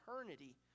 eternity